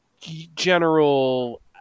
general